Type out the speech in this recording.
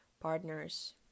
partners